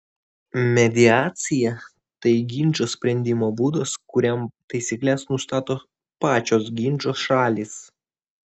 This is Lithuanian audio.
mediacija tai ginčo sprendimo būdas kuriam taisykles nustato pačios ginčo šalys